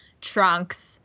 trunks